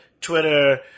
twitter